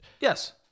Yes